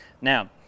Now